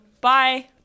Bye